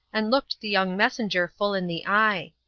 and looked the young messenger full in the eye.